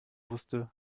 wusste